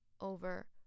over